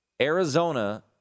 Arizona